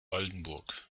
oldenburg